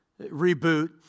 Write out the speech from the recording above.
Reboot